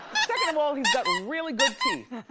second of all, he's got really good teeth.